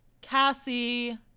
Cassie